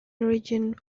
region